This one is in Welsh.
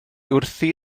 wrthi